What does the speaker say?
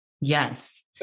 yes